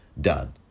done